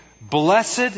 blessed